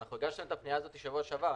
הגשנו את הפנייה הזאת בשבוע שעבר,